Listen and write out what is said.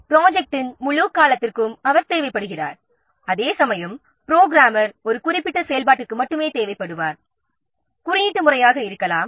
ப்ரொஜெக்டின் முழு காலத்திற்கும் அவர் தேவைப்படுகிறார் அதேசமயம் புரோகிராமர் ஒரு குறிப்பிட்ட செயல்பாட்டிற்கு மட்டுமே தேவைப்படுவார் குறியீட்டு முறையாக இருக்கலாம்